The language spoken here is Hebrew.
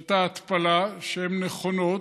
את ההתפלה, שהן נכונות,